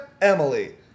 Emily